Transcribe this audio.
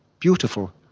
beautiful!